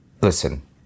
listen